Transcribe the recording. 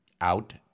out